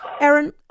Aaron